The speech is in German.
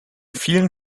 vielen